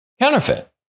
counterfeit